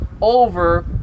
over